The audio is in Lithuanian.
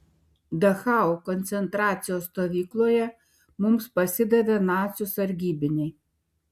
dachau koncentracijos stovykloje mums pasidavė nacių sargybiniai